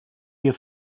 wir